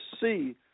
see